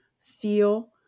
feel